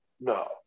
no